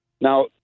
now